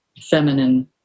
feminine